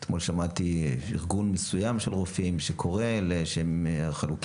אתמול שמעתי ארגון מסוים של רופאים שקורא לחלוקים